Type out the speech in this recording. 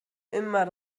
immer